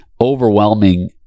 overwhelming